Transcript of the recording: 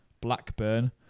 Blackburn